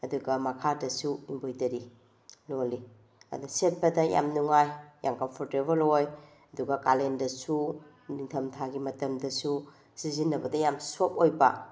ꯑꯗꯨꯒ ꯃꯈꯥꯗꯁꯨ ꯏꯝꯕ꯭ꯔꯣꯏꯗꯔꯤ ꯂꯣꯜꯂꯤ ꯑꯗ ꯁꯦꯠꯄꯗ ꯌꯥꯝ ꯅꯨꯡꯉꯥꯏ ꯌꯥꯝ ꯀꯝꯐꯣꯔꯇꯦꯕꯜ ꯑꯣꯏ ꯑꯗꯨꯒ ꯀꯥꯂꯦꯟꯗꯁꯨ ꯅꯤꯡꯊꯝ ꯊꯥꯒꯤ ꯃꯇꯝꯗꯁꯨ ꯁꯤꯖꯤꯟꯅꯕꯗ ꯌꯥꯝ ꯁꯣꯐ ꯑꯣꯏꯕ